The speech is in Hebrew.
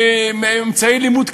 אמצעי לימוד,